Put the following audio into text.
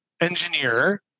engineer